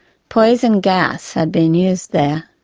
poison gas had been used there,